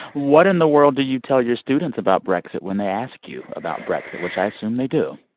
what in the world do you tell your students about brexit when they ask you about brexit, which i assume they do?